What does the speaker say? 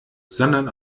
sondern